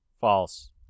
False